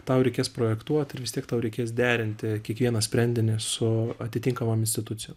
tau reikės projektuot ir vis tiek tau reikės derinti kiekvieną sprendinį su atitinkamom institucijom